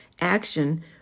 action